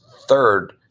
third